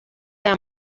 aya